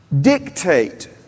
dictate